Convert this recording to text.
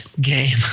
game